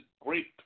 great